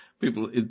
People